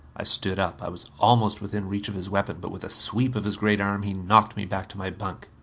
i stood up. i was almost within reach of his weapon, but with a sweep of his great arm he knocked me back to my bunk.